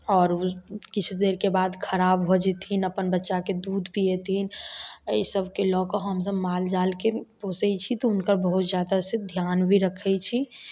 आओर किछु देर के बाद खड़ा भऽ जेथिन अपन बच्चा के दूध पिएथिन अइ सभके लकऽ हमसभ मालजाल के पोसै छी तऽ हुनकर बहुत ज्यादा से ध्यान भी रखै छी